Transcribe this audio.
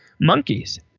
monkeys